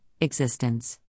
existence